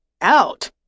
Out